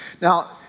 Now